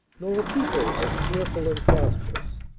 nor a people as cheerful and prosperous.